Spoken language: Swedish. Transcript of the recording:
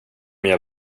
jag